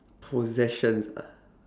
possessions ah